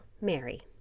Mary